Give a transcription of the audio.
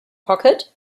pocket